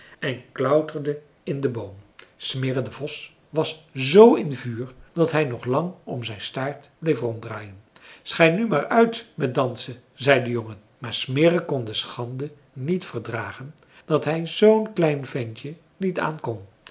en klauterde in den boom smirre de vos was z in vuur dat hij nog lang om zijn staart bleef ronddraaien schei nu maar uit met dansen zei de jongen maar smirre kon de schande niet verdragen dat hij zoo'n klein ventje niet aankon